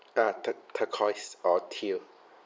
ah tur~ turquoise or teal